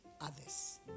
others